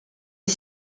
est